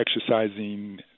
exercising